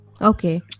Okay